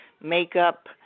makeup